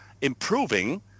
improving